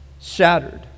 shattered